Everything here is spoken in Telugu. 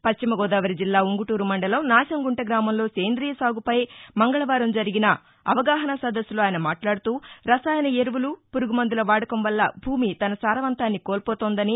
పశ్చిమ గోదావరి జిల్లా ఉంగుటూరు మండలం నాశంగుంట గ్రామంలో సేంద్రీయ సాగుపై మంగళవారం జరిగిన అవగాహన సదస్సులో ఆయన మాట్లాడుతూరసాయన ఎరువులు పురుగుమందుల వాడకం వల్ల భూమి తన సారవంతాన్ని కోల్పోతోందని